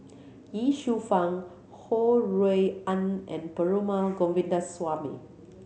Ye Shufang Ho Rui An and Perumal Govindaswamy